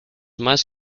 más